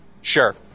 Sure